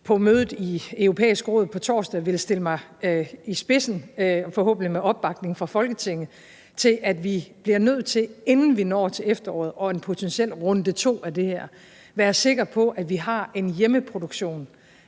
på mødet i Det Europæiske Råd på torsdag vil stille mig i spidsen, forhåbentlig med opbakning fra Folketinget, for, at vi bliver nødt til, inden vi når til efteråret og en potentiel runde to af det her, at være sikre på, at vi har en hjemmeproduktion